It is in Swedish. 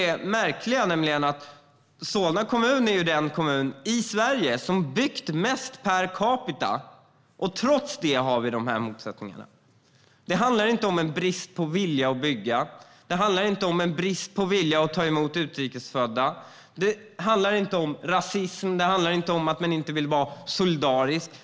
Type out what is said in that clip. Det märkliga är att Solna kommun är den kommun i Sverige som har byggt mest per capita, och trots det har vi de här motsättningarna. Det handlar inte om en brist på vilja att bygga. Det handlar inte om en brist på vilja att ta emot utrikesfödda. Det handlar inte om rasism, och det handlar inte om att man inte vill vara solidarisk.